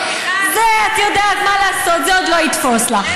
זה, את יודעת, מה לעשות, זה לא יתפוס לך.